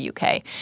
UK